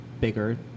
bigger